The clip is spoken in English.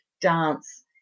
dance